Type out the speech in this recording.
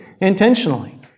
intentionally